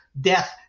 death